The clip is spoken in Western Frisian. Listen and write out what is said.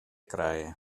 krije